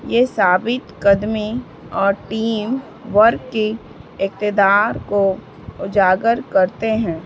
یہ ثابت قدمی اور ٹیم ورک کی اقتدار کو اجاگر کرتے ہیں